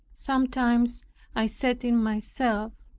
sometimes i said in myself,